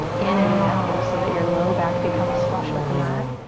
in and down so that your low back becomes flush with the mat,